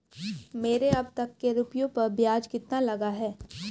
मेरे अब तक के रुपयों पर ब्याज कितना लगा है?